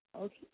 Okay